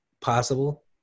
possible